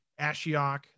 Ashiok